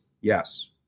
Yes